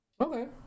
Okay